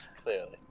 clearly